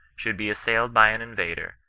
should be assailed by an invader,